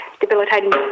debilitating